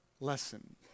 lesson